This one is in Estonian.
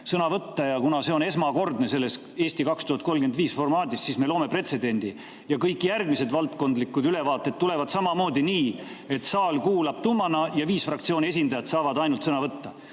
sõna võtta. Kuna see on esmakordne ülevaade selles "Eesti 2035" formaadis, siis me loome pretsedendi ja kõik järgmised valdkondlikud ülevaated tulevad samamoodi nii, et saal kuulab tummana ja ainult viis fraktsiooni esindajat saavad sõna võtta.